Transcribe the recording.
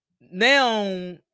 now